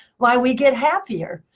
why, we get happier.